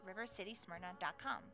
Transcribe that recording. rivercitysmyrna.com